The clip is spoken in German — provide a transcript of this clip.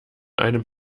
einem